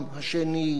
עוזיהו,